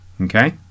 Okay